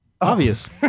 Obvious